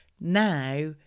Now